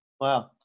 Wow